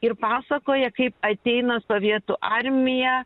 ir pasakoja kaip ateina sovietų armija